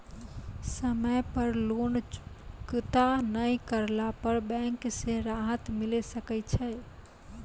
समय पर लोन चुकता नैय करला पर बैंक से राहत मिले सकय छै?